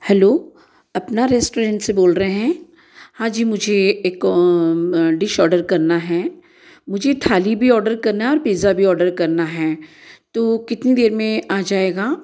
hello अपना restaurant से बोल रहे हैं हाँ जी मुझे एक डिश ऑर्डर करना है मुझे थाली भी ऑर्डर करना है और पिज्जा भी ऑर्डर करना है तो कितनी देर में आ जाएगा